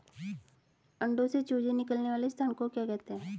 अंडों से चूजे निकलने वाले स्थान को क्या कहते हैं?